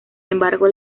embargo